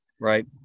Right